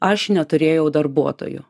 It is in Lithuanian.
aš neturėjau darbuotojų